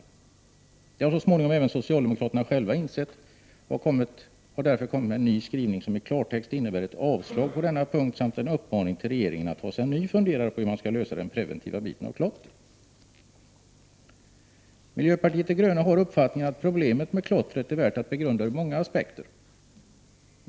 Detta har så småningom även socialdemokraterna själva insett. De har därför kommit med en ny skrivning, som i klartext innebär ett avslag på denna punkt samt en uppmaning till regeringen att ta sig en ny funderare på hur man skall utforma preventiva åtgärder mot klottret. Miljöpartiet de gröna har uppfattningen att problemet med klottret är värt att begrunda ur många aspekter.